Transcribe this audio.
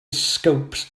scopes